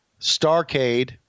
Starcade